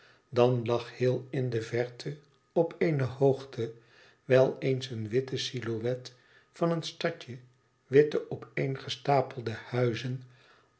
dan lag heel in de verte op eene hoogte wel eens een witte silhouet van een stadje witte opeengestapelde huizen